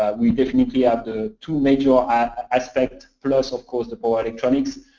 we definitely have the two major aspect, plus of course the board electronics.